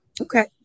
Okay